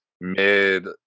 mid